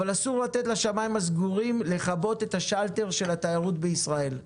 אבל אסור לתת לשמים הסגורים לכבות את השלטר של התיירות בישראל.